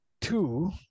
Two